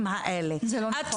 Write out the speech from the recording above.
זה לא נכון.